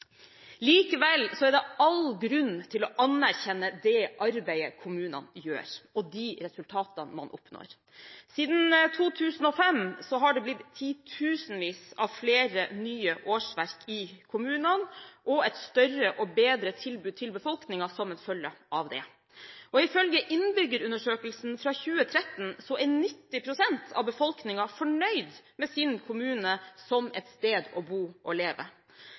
Likevel er det all grunn til å anerkjenne det arbeidet kommunene gjør, og de resultatene man oppnår. Siden 2005 har det blitt titusenvis av flere nye årsverk i kommunene, og et større og bedre tilbud til befolkningen som en følge av det. Ifølge innbyggerundersøkelsen fra 2013 er 90 pst. av befolkningen fornøyd med sin kommune som et sted å bo og leve.